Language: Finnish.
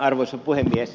arvoisa puhemies